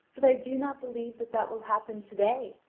but i do not believe that that will happen to-day,